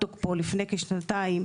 משרד הבית, מה שנקרא.